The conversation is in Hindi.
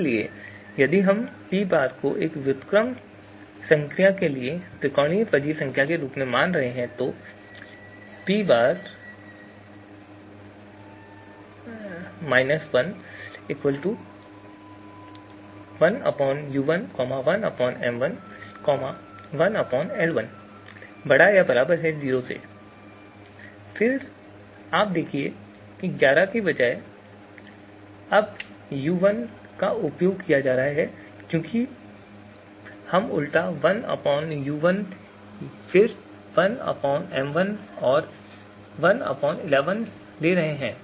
इसलिए यदि हम P̃ को व्युत्क्रम संक्रिया के लिए त्रिकोणीय फजी संख्या के रूप में मान रहे हैं तो आप देखिए l1 के बजाय अब u1 का उपयोग किया जा रहा है क्योंकि हम उलटा 1u1 फिर 1m1 और फिर 1l1ले रहे हैं